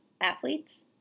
athletes